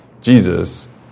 Jesus